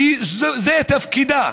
שזה תפקידה,